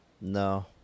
no